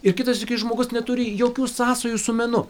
ir kitas gi žmogus neturi jokių sąsajų su menu